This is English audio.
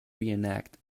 reenact